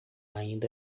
ainda